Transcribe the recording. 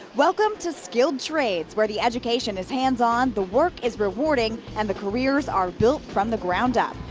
welcome to skilled trades where the education is hands on. the work is rewarding and the careers are built from the ground up.